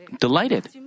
delighted